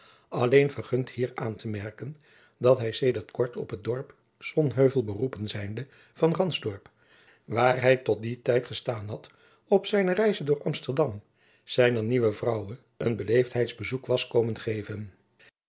alleen vergund hier aan te merken dat hij sedert kort op het dorp sonheuvel beroepen zijnde van ransdorp waar hij tot dien tijd gestaan had op zijne jacob van lennep de pleegzoon reize door amsterdam zijner nieuwe vrouwe een beleefdheidsbezoek was komen geven